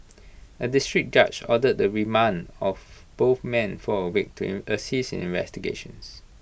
A District Judge ordered the remand of both men for A week to assist in investigations